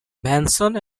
benson